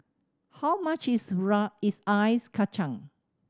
how much is is Ice Kachang